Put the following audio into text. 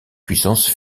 puissance